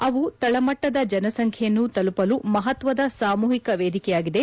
ಅವು ತಳಮಟ್ಟದ ಜನಸಂಖ್ಯೆಯನ್ನು ತಲುಪಲು ಮಹತ್ವದ ಸಾಮೂಹಿಕ ವೇದಿಕೆಯಾಗಿದೆ